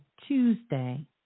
Tuesday